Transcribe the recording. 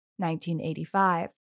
1985